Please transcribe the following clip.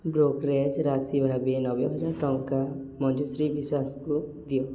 brokerage ରାଶି ଭାବେ ନବେ ହଜାର ଟଙ୍କା ମଞ୍ଜୁଶ୍ରୀ ବିଶ୍ୱାସକୁ ଦିଅ